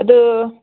ꯑꯗꯨ